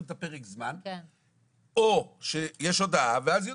תקבעו את פרק הזמן, או שיש הודעה ואז יודעים,